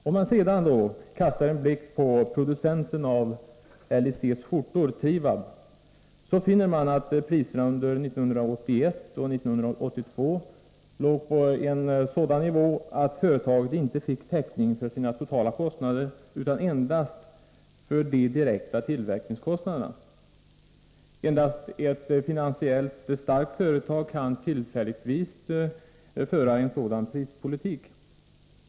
Om man kastar en blick på producenten av LIC:s skjortor, Trivab, finner man att priserna under 1981 och 1982 låg på en sådan nivå att företaget inte fick täckning för sina totala kostnader utan endast för de direkta tillverkningskostnaderna. Endast ett finansiellt starkt företag kan tillfälligtvis föra en sådan prispolitik.